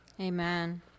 Amen